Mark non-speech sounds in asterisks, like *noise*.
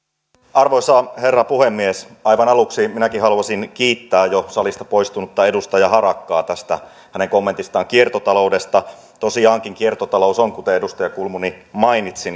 arvoisa herra puhemies aivan aluksi minäkin haluaisin kiittää jo salista poistunutta edustaja harakkaa hänen kommentistaan kiertotaloudesta tosiaankin kiertotalous on kuten edustaja kulmuni mainitsi *unintelligible*